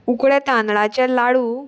उकडे तांदळ्याचे लाडू